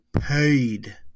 paid